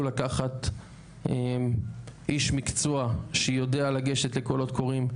לקחת איש מקצוע שיודע לגשת לקולות קוראים,